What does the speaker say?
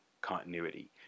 continuity